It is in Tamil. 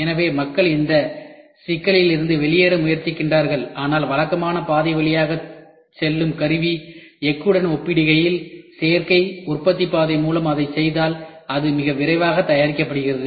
எனவே மக்கள் இந்த சிக்கலில் இருந்து வெளியேற முயற்சிக்கிறார்கள் ஆனால் வழக்கமான பாதை வழியாக செல்லும் கருவி எஃகுடன் ஒப்பிடுகையில் சேர்க்கை உற்பத்தி பாதை மூலம் அதைச் செய்தால் அது மிக விரைவாக தயாரிக்கப்படுகிறது